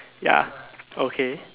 ya okay